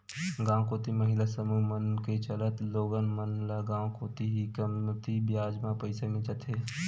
गांव कोती महिला समूह मन के चलत लोगन मन ल गांव कोती ही कमती बियाज म पइसा मिल जाथे